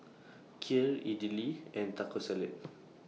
Kheer Idili and Taco Salad